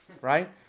right